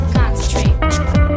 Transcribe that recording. concentrate